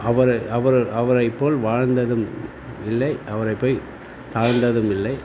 அவர் அவர் அவரை போல் வாழ்ந்ததும் இல்லை அவரை போய் தாழ்ந்ததும் இல்லை